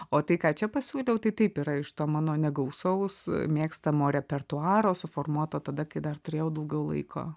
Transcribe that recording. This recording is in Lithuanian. o tai ką čia pasiūliau tai taip yra iš to mano negausaus mėgstamo repertuaro suformuoto tada kai dar turėjau daugiau laiko